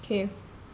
okay